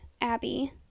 Abby